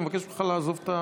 אני מבקש ממך לעזוב את הדברים.